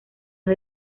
han